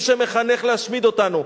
מי שמחנך להשמיד אותנו,